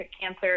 cancer